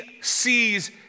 sees